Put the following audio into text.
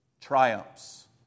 triumphs